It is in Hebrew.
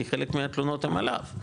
כי חלק מהתלונות הם עליו,